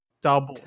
double